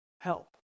help